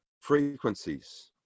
frequencies